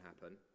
happen